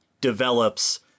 develops